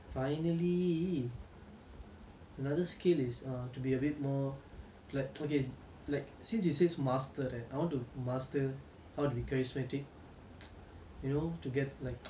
another skill is err to be a bit more clap~ like okay like since it says master right I want to master how to be charismatic you know to get like girlfriends and stuff ya